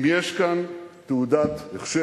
אם יש כאן תעודת הכשר